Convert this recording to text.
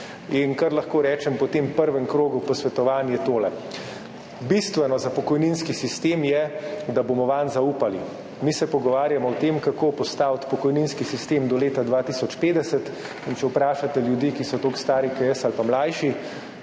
Kar lahko po tem prvem krogu posvetovanj rečem, je tole. Bistveno za pokojninski sistem je, da bomo vanj zaupali. Mi se pogovarjamo o tem, kako postaviti pokojninski sistem do leta 2050, in če vprašate ljudi, ki so stari toliko kot jaz ali pa mlajši,